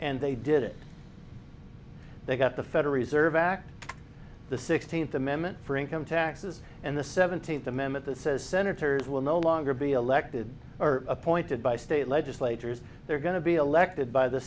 and they did it they've got the federal reserve act the sixteenth amendment for income taxes and the seventeenth amendment that says senators will no longer be elected or appointed by state legislatures they're going to be elected by the